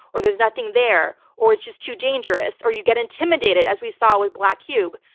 or there's nothing there, or it's just too dangerous, or you get intimidated as we saw with black cube.